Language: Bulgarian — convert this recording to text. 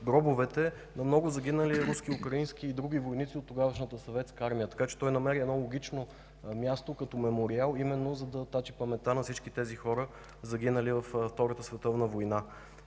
на много загинали руски, украински и други войници от тогавашната Съветска армия, така че той намери логично място като мемориал именно за да тачи паметта на всички тези хора, загинали във Втората световна война.